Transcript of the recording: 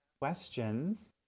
questions